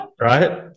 Right